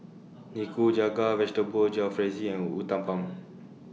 Nikujaga Vegetable Jalfrezi and Uthapam